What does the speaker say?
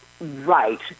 Right